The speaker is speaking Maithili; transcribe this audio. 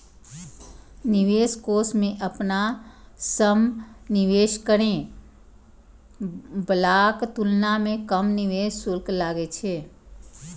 निवेश कोष मे अपना सं निवेश करै बलाक तुलना मे कम निवेश शुल्क लागै छै